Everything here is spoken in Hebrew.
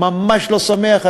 ממש לא שמח.